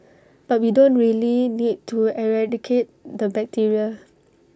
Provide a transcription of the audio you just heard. but we don't really need to eradicate the bacteria